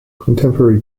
contemporary